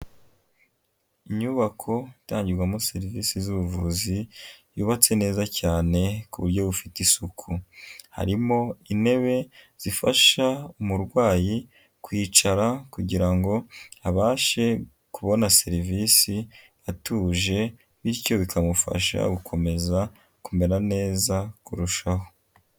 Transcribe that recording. Inyubako itangirwamo serivisi z'ubuvuzi yubatse neza cyane ku buryo bufite isuku, harimo intebe zifasha umurwayi kwicara kugira ngo abashe kubona serivisi atuje bityo bikamufasha gukomeza kumera neza kurushaho.